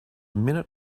minute